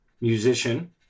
musician